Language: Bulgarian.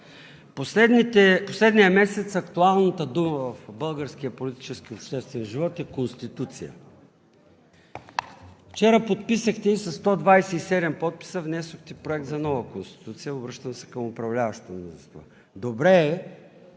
последния месец актуалната дума в българския политически и обществен живот е „конституция“. Вчера подписахте и със 127 подписа внесохте Проект за нова конституция – обръщам се към управляващото мнозинство. Добре е